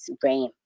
brain